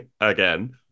again